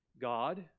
God